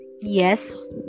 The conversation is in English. yes